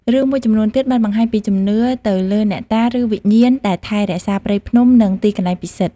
រឿងមួយចំនួនទៀតបានបង្ហាញពីជំនឿទៅលើអ្នកតា ឬវិញ្ញាណដែលថែរក្សាព្រៃភ្នំនិងទីកន្លែងពិសិដ្ឋ។